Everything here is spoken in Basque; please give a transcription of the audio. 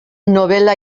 nobela